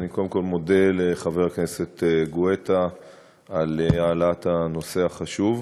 אני קודם כול מודה לחבר הכנסת גואטה על העלאת הנושא החשוב.